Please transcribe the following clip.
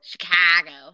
Chicago